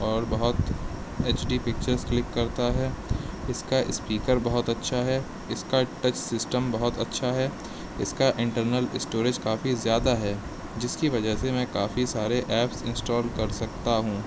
اور بہت H D pictures click کرتا ہے اس کا اسپیکر بہت اچھا ہے اس کا ٹچ سسٹم بہت اچھا ہے اس کا انٹرنل اسٹوریج کافی زیادہ ہے جس کی وجہ سے میں کافی سارے ایپس انسٹال کر سکتا ہوں